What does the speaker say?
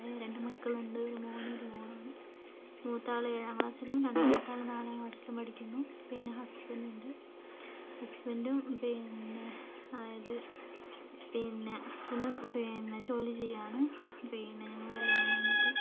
അതായത് രണ്ട് മക്കൾ ഉണ്ട് ഒരു മോനും ഒരു മോളുമാണ് മൂത്താൾ ഏഴാം ക്ലാസിലും രണ്ടാമത്തെ ആൾ നാലാം ക്ലാസിലും പഠിക്കുന്നു പിന്നെ ഹസ്ബന്റുണ്ട് ഹസ്ബൻഡ്റ്റും പിന്നെ അതായത് പിന്നെ ഹസ്ബൻഡ്റ്റും പിന്നെ ജോലി ചെയ്യുകയാണ് പിന്നെ ഞങ്ങൾ കല്ല്യാണം കഴിഞ്ഞിട്ട്